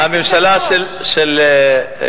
הממשלה של קדימה.